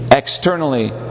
externally